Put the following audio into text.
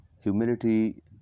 humility